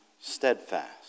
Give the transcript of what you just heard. steadfast